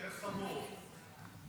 יותר חמור,